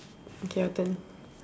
okay your turn